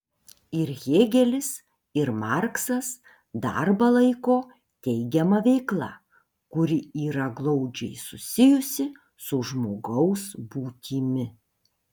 ir hėgelis ir marksas darbą laiko teigiama veikla kuri yra glaudžiai susijusi su žmogaus būtimi